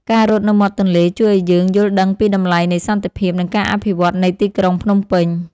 ការរត់នៅមាត់ទន្លេជួយឱ្យយើងយល់ដឹងពីតម្លៃនៃសន្តិភាព និងការអភិវឌ្ឍនៃទីក្រុងភ្នំពេញ។